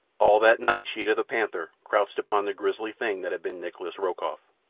all that night sheeta, the panther, crouched upon the grisly thing that had been nikolas rokoff.